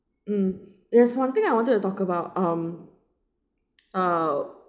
mm there's one thing I wanted to talk about um uh